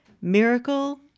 Miracle